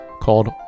called